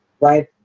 right